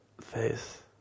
face